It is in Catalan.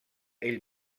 ell